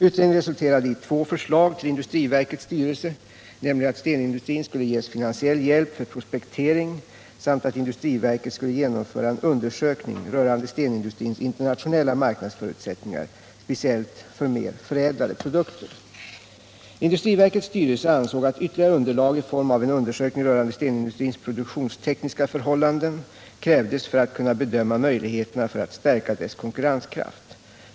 Utredningen resulterade i två förslag till industriverkets styrelse, nämligen att stenindustrin skulle ges finansiell hjälp för prospektering samt att industriverket skulle genomföra en undersökning rörande stenindustrins internationella marknadsförutsättningar speciellt för mer förädlade produkter. Industriverkets styrelse ansåg att ytterligare underlag i form av en undersökning rörande stenindustrins produktionstekniska förhållanden krävdes för att kunna bedöma möjligheterna att stärka dess konkurrenskraft.